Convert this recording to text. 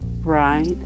Right